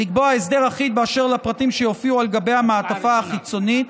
לקבוע הסדר אחיד אשר לפרטים שיופיעו על גבי המעטפה החיצונית,